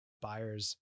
Buyers